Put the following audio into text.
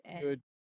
Good